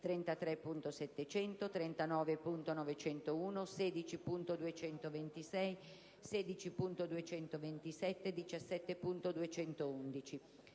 33.700, 39.901, 16.226, 16.227 e 17.251.